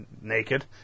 Naked